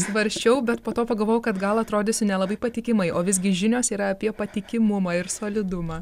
svarsčiau bet po to pagalvojau kad gal atrodysiu nelabai patikimai o visgi žinios yra apie patikimumą ir solidumą